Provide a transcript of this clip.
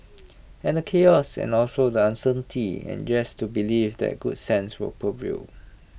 and the chaos and also the uncertainty and just to believe that good sense will prevail